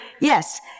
yes